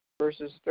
verses